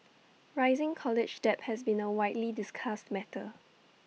rising college debt has been A widely discussed matter